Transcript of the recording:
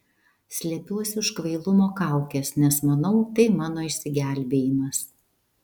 slepiuosi už kvailumo kaukės nes manau tai mano išsigelbėjimas